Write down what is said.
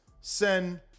send